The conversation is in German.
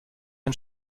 ein